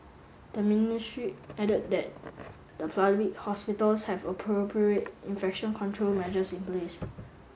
the ministry added that the public hospitals have appropriate infection control measures in place